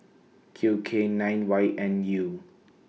Q K nine Y N U